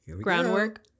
groundwork